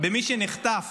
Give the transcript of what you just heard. במי שנחטף